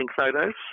photos